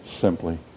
simply